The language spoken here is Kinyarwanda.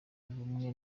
bumwe